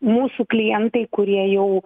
mūsų klientai kurie jau